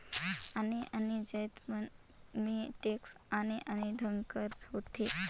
आने आने जाएत मन में टेक्स आने आने ढंग कर होथे